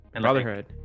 Brotherhood